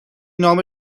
نام